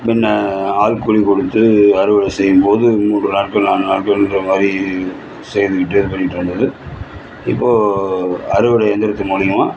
முன்ன ஆள் கூலி கொடுத்து அறுவடை செய்யும் போது மூன்று நாட்கள் நான்கு நாட்கள்கின்ற மாதிரி செய்துகிட்டே இருக்கணுன்ருந்தது இப்போ அறுவடை இயந்திரத்தின் மூலியமாக